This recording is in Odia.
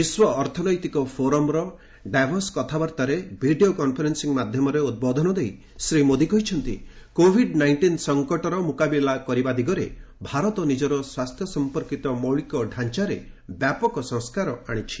ବିଶ୍ୱ ଅର୍ଥନୈତିକ ଫୋରମ୍ର ଡ୍ୟାଭସ୍ କଥାବାର୍ତ୍ତାରେ ଭିଡ଼ିଓ କନ୍ଫରେନ୍ସିଂ ମାଧ୍ୟମରେ ଉଦ୍ବୋଧନ ଦେଇ ଶ୍ରୀ ମୋଦୀ କହିଛନ୍ତି କୋଭିଡ୍ ନାଇଞ୍ଜିନ୍ ସଙ୍କଟର ମୁକାବିଲା କରିବା ଦିଗରେ ଭାରତ ନିଜର ସ୍ୱାସ୍ଥ୍ୟ ସମ୍ପର୍କିତ ମୌଳିକଡାଞ୍ଚାରେ ବ୍ୟାପକ ସଂସ୍କାର କରିଛି